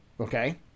okay